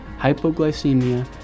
hypoglycemia